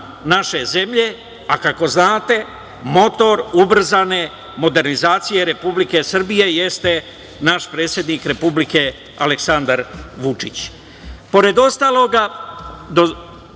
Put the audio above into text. naše zemlje, a kako znate, motor ubrzane modernizacije Republike Srbije jeste naš predsednik Republike Aleksandar Vučić. Pored